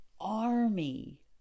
army